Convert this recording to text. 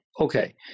Okay